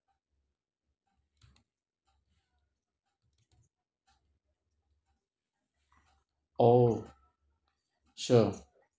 oh sure